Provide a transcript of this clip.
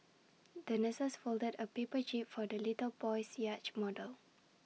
the nurses folded A paper jib for the little boy's yacht model